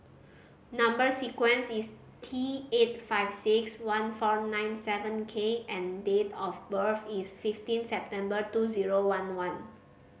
number sequence is T eight five six one four nine seven K and date of birth is fifteen September two zero one one